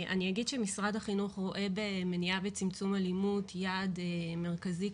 אני אגיד שמשרד החינוך רואה במניעה וצמצום אלימות יעד מרכזי,